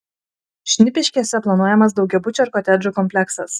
šnipiškėse planuojamas daugiabučio ir kotedžų kompleksas